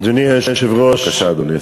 אדוני היושב-ראש, בבקשה, אדוני.